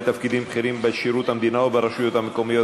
תפקידים בכירים בשירות המדינה וברשויות המקומיות,